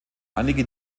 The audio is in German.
einige